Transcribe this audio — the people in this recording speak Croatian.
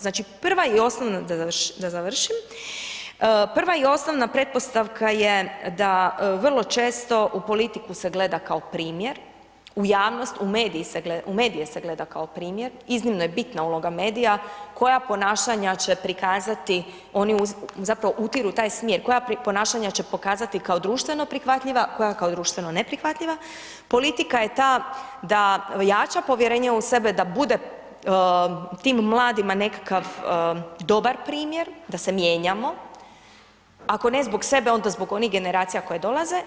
Znači prva i osnovna, da završim, prva i osnovna pretpostavka je, da vrlo često, u politiku se gleda kao primjer, u javnost, u medije se gleda kao primjer, iznimno je bitna uloga medija, koja ponašanja će prikazati, oni zapravo utiru taj smjeru, koja ponašanja će pokazati kao društvena prihvatljiva, koje kao društveno neprihvatljiva, politika je ta da jača povjerenje u sebe, da bude tim mladima nekakav dobar primjer, da se mijenjamo, ako ne zbog sebe, onda zbog onih generacija koji dolaze.